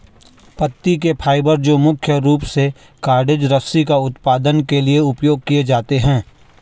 पत्ती के फाइबर जो मुख्य रूप से कॉर्डेज रस्सी का उत्पादन के लिए उपयोग किए जाते हैं